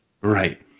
right